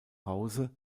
hause